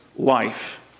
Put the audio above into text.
Life